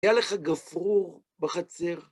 תהיה לך גפרור בחצר.